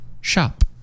shop